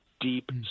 deep